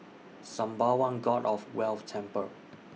Sembawang God of Wealth Temple